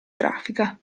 grafica